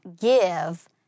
give